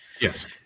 yes